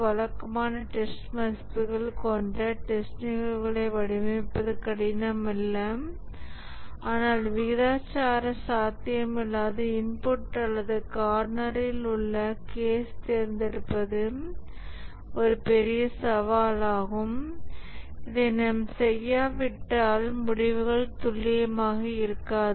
வழக்கமான டெஸ்ட் மதிப்புகள் கொண்ட டெஸ்ட் நிகழ்வுகளை வடிவமைப்பது கடினம் அல்ல ஆனால் விகிதாசார சாத்தியமில்லாத இன்புட் அல்லது கார்னரில் உள்ள கேஸ் தேர்ந்தெடுப்பது ஒரு பெரிய சவாலாகும் இதை நாம் செய்யாவிட்டால் முடிவுகள் துல்லியமாக இருக்காது